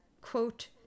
quote